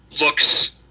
looks